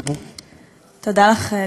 לרשותך.